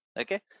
Okay